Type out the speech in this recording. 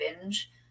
binge